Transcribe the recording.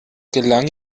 gelang